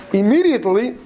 immediately